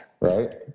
right